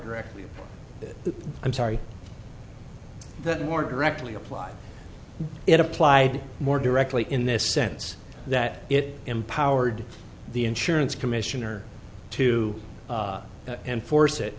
directly that i'm sorry that more directly applied it applied more directly in the sense that it empowered the insurance commissioner to enforce it